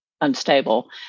unstable